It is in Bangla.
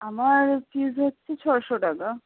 আমার ফিজ হচ্ছে ছশো টাকা